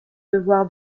devoir